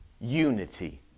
Unity